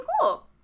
cool